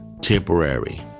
temporary